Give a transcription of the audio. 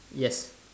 yes